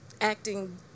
acting